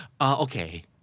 Okay